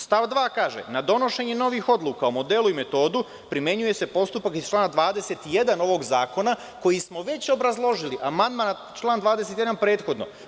Stav 2. „Na donošenje novih odluka o modelu i metodu primenjuje se postupak iz člana 21. ovog zakona, koji smo već obrazložili amandmanna član 21. prethodno.